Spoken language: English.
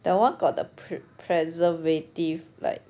that [one] got the pre~ preservatives like